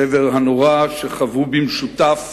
השבר הנורא, שחוו במשותף